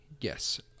Yes